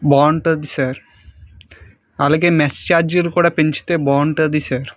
బాగుంటుంది సార్ అలాగే మెస్ చార్జీలు కూడా పెంచితే బాగుంటుంది సార్